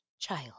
child